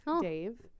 Dave